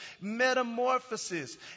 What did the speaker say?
metamorphosis